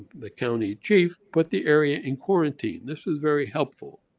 the county chief put the area in quarantine, this was very helpful.